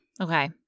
Okay